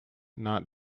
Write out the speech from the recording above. not